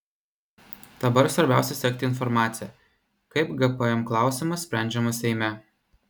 dabar svarbiausia sekti informaciją kaip gpm klausimas sprendžiamas seime